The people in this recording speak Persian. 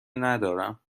ندارم